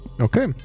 Okay